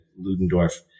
Ludendorff